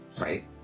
Right